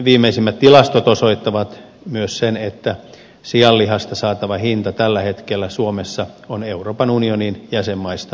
viimeisimmät tilastot osoittavat myös sen että sianlihasta saatava hinta tällä hetkellä suomessa on euroopan unionin jäsenmaista alhaisimpia